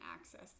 access